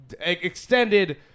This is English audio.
extended